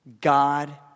God